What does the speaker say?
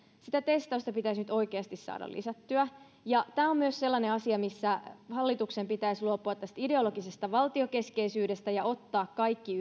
sitä testausta pitäisi nyt oikeasti saada lisättyä ja tämä on myös sellainen asia missä hallituksen pitäisi luopua tästä ideologisesta valtiokeskeisyydestä ja ottaa yhteiskunnan kaikki